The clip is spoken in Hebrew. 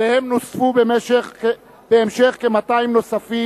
עליהם נוספו בהמשך כ-200 איש,